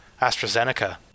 AstraZeneca